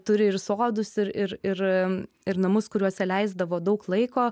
turi ir sodus ir ir ir ir namus kuriuose leisdavo daug laiko